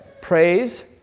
praise